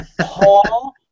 Paul